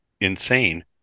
insane